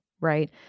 Right